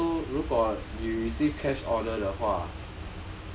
so 如果 you receive cash order 的话